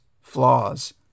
flaws